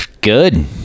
Good